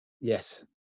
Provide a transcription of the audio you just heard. Yes